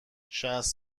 شصت